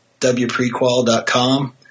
wprequal.com